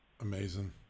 Amazing